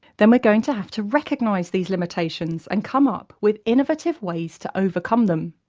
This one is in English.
then we're going to have to recognise these limitations and come up with innovative ways to overcome them.